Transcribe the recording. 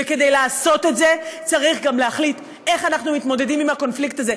וכדי לעשות את זה צריך גם להחליט איך אנחנו מתמודדים עם הקונפליקט הזה.